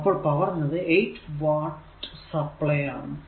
അപ്പോൾ പവർ എന്നത് 8 watt supply ആണ്